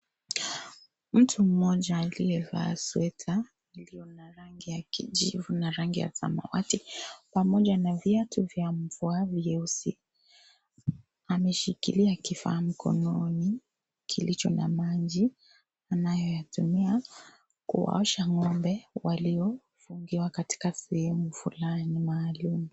Mtu mmoja aliyevaa sweta iliyo na rangi ya kijivu na rangi ya samawati, pamoja na viatu vya mvua vyeusi. Ameshikilia kifaa mkononi kilicho na maji anayoyatumia kuosha ng'ombe waliofungiwa katika sehemu fulani maalum.